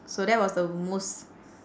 so that was the most